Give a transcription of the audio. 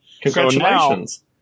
Congratulations